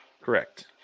Correct